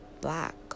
black